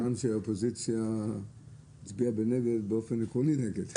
גם כשהאופוזיציה הצביעה נגד באופן עקרוני.